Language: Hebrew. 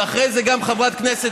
ואחרי זה גם חברת כנסת,